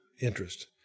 interest